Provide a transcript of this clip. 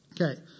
Okay